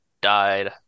died